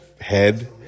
head